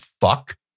fuck